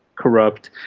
corrupt.